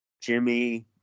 Jimmy